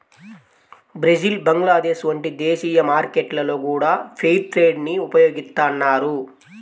Brazil Bangladesh వంటి దేశీయ మార్కెట్లలో గూడా ఫెయిర్ ట్రేడ్ ని ఉపయోగిత్తన్నారు